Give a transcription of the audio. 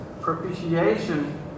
propitiation